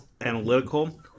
analytical